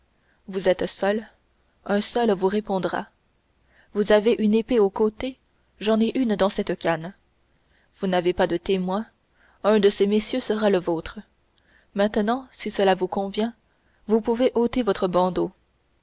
vous êtes seul un seul vous répondra vous avez une épée au côté j'en ai une dans cette canne vous n'avez pas de témoin un de ces messieurs sera le vôtre maintenant si cela vous convient vous pouvez ôter votre bandeau